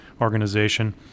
organization